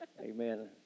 Amen